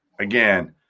again